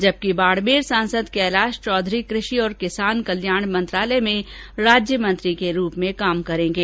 जबकि बाडमेर सांसद कैलाश चौधरी कृषि और कल्याण किसान मंत्रालय में राज्य मंत्री के रूप में काम करेंगे